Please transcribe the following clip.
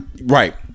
right